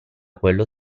quello